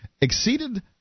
exceeded